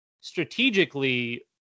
strategically